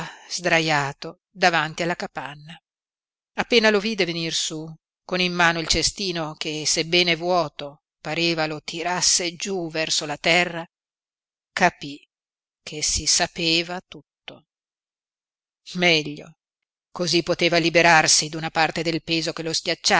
sdraiato davanti alla capanna appena lo vide venir su con in mano il cestino che sebbene vuoto pareva lo tirasse giú verso la terra capí che si sapeva tutto meglio cosí poteva liberarsi d'una parte del peso che lo